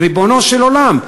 ריבונו של עולם,